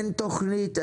אין תוכנית,